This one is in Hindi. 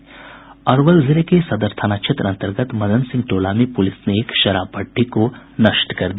अरवल जिले के सदर थाना क्षेत्र अंतर्गत मदन सिंह टोला में पुलिस ने एक शराब भट्ठी को नष्ट कर दिया